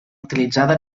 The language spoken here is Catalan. utilitzada